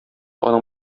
аның